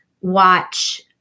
watch